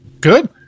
Good